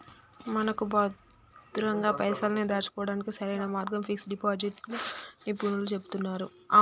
మనకు భద్రంగా పైసల్ని దాచుకోవడానికి సరైన మార్గం ఫిక్స్ డిపాజిట్ గా నిపుణులు చెబుతున్నారు